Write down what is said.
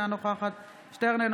אינה נוכחת אלעזר שטרן,